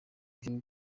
byo